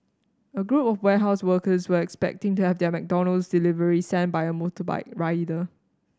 a group of warehouse workers were expecting to have their McDonald's delivery sent by a motorbike rider